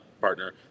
partner